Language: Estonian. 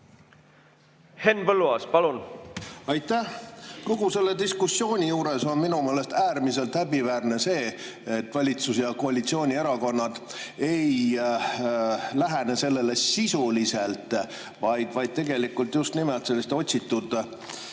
Henn Põlluaas, palun! Aitäh! Kogu selle diskussiooni juures on minu meelest äärmiselt häbiväärne see, et valitsus ja koalitsioonierakonnad ei lähene sellele sisuliselt, vaid püütakse just nimelt selliste otsitud